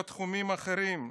בתחומים אחרים.